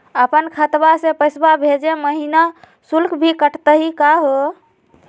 अपन खतवा से पैसवा भेजै महिना शुल्क भी कटतही का हो?